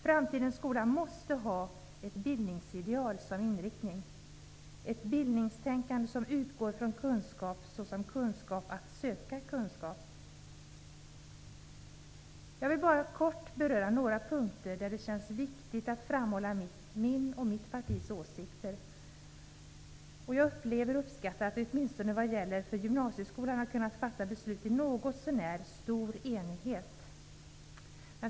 Framtidens skola måste ha ett bildningsideal som inriktning, ett bildningstänkande som utgår från kunskap såsom kunskap att söka kunskap. Jag vill bara kort beröra några punkter där det känns viktigt att framhålla min och mitt partis åsikter. Jag upplever och uppskattar att man åtminstone vad gäller gymnasieskolan har kunnat fatta beslut i någorlunda stor enighet.